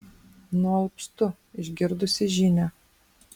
nualpstu išgirdusi žinią